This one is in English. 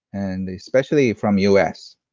and especially from u s.